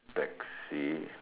taxi